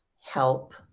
help